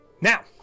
Now